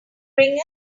ring